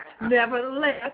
Nevertheless